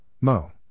Mo